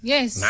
Yes